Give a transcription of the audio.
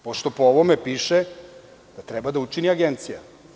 Pošto po ovome piše da treba da učini Agencija.